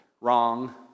wrong